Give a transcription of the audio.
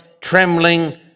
trembling